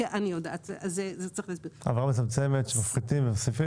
מצמצמת וכולי,